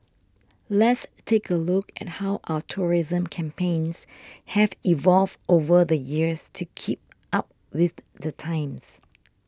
let's take a look at how our tourism campaigns have evolved over the years to keep up with the times